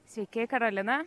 sveiki karolina